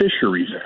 Fisheries